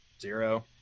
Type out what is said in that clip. zero